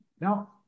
Now